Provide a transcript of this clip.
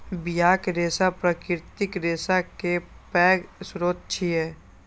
बियाक रेशा प्राकृतिक रेशा केर पैघ स्रोत छियै